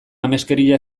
ameskeria